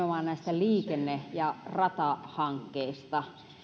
liikenne ja ratahankkeista